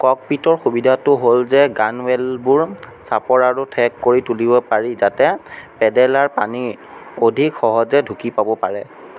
ককপিটৰ সুবিধাটো হ'ল যে গানৱেলবোৰ চাপৰ আৰু ঠেক কৰি তুলিব পাৰি যাতে পেডেলাৰ পানী অধিক সহজে ঢুকি পাব পাৰে